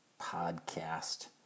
podcast